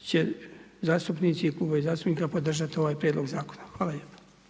će zastupnici kluba i zastupnika podržati ovaj Zakon. Hvala lijepo.